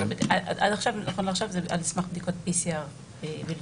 עד עכשיו, זה על סמך בדיקות PCR בלבד.